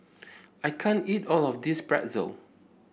I can't eat all of this Pretzel